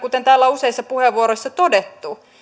kuten täällä on useissa puheenvuoroissa todettu